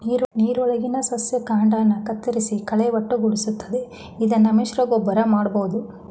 ನೀರೊಳಗಿನ ಸಸ್ಯ ಕಾಂಡನ ಕತ್ತರಿಸಿ ಕಳೆನ ಒಟ್ಟುಗೂಡಿಸ್ತದೆ ಇದನ್ನು ಮಿಶ್ರಗೊಬ್ಬರ ಮಾಡ್ಬೋದು